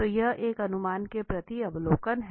तो यह एक अनुमान के प्रति अवलोकन है